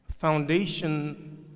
foundation